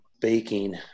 baking